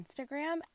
instagram